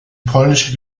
polnische